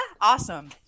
awesome